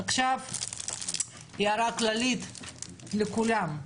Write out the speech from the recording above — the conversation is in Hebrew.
כעת הערה כללית לכולם,